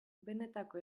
benetako